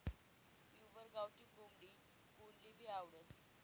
pure गावठी कोंबडी कोनलेभी आवडस